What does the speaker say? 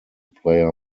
player